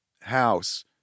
house